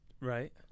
Right